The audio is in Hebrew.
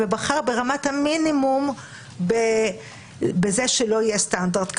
ובחר ברמת המינימום שלא יהיה סטנדרט כפול,